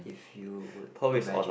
if you would imagine